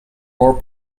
more